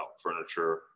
furniture